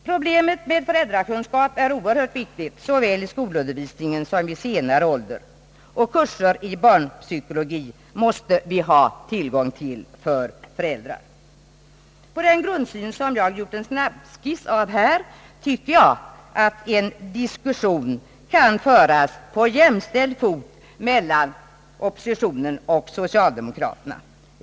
Problemet med föräldrakunskap är oerhört viktigt såväl i skolundervisningen som vid senare ålder. Kurser i barnpsykologi måste vi alltså ha tillgång till för föräldrar. På den grundsyn som jag här gjort en snabbskiss av anser jag att en diskussion kan föras på jämställd fot mellan oppositionen och socialdemokraterna.